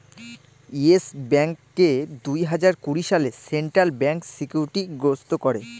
yes ব্যাঙ্ককে দুই হাজার কুড়ি সালে সেন্ট্রাল ব্যাঙ্ক সিকিউরিটি গ্রস্ত করে